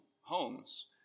homes